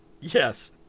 Yes